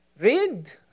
read